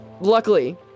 Luckily